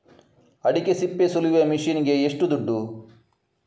ಅಡಿಕೆ ಸಿಪ್ಪೆ ಸುಲಿಯುವ ಮಷೀನ್ ಗೆ ಏಷ್ಟು ದುಡ್ಡು?